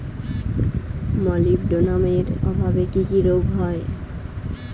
মলিবডোনামের অভাবে কি কি রোগ হয়?